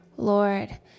Lord